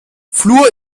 fluor